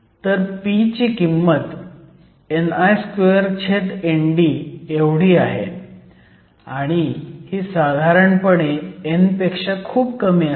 तर p ची किंमत ni2ND आहे आणि ही साधारणपणे n पेक्षा खूप कमी असते